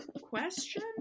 question